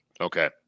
Okay